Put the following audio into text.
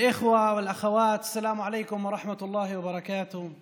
(אומר דברים בשפה הערבית, להלן תרגומם: